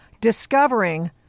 discovering